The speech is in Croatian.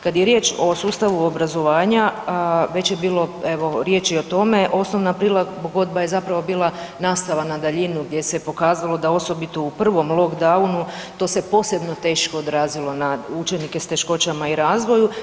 Kad je riječ o sustavu obrazovanja već je bilo evo riječi i o tome osnovna prilagodba je zapravo bila nastava na daljinu gdje se pokazalo da osobito u prvom lockdownu to se posebno teško odrazilo na učenike s teškoćama u razvoju.